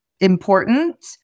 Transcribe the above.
important